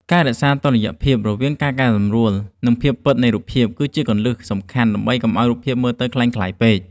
ការរក្សាតុល្យភាពរវាងការកែសម្រួល និងភាពពិតនៃរូបភាព គឺជាគន្លឹះសំខាន់ដើម្បីកុំឱ្យរូបភាពមើលទៅក្លែងក្លាយពេក។